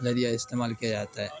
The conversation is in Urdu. ذریعہ استعمال کیا جاتا ہے